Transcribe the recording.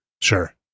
Sure